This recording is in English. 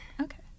okay